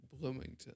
Bloomington